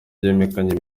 bimenyekanye